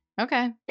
Okay